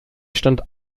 stand